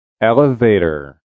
Elevator